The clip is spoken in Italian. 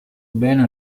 bene